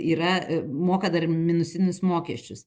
yra moka dar minusinius mokesčius